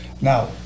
Now